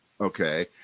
okay